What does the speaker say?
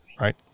right